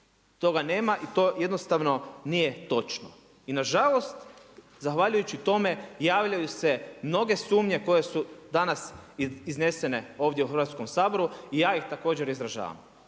toga nema i to jednostavno nije točno. I nažalost, zahvaljujući tome javljaju se mnoge sumnje koje su danas iznesene ovdje u Hrvatskom saboru i ja ih također izražavam